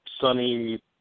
sunny